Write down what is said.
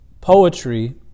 poetry